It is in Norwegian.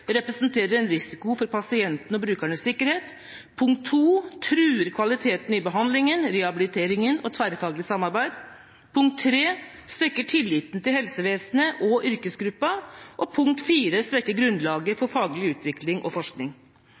risiko for pasientene og brukernes sikkerhet truer kvaliteten i behandlingen, rehabiliteringen og tverrfaglig samarbeid svekker tilliten til helsevesenet og yrkesgruppa svekker grunnlaget for faglig utvikling og forskning